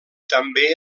també